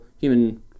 human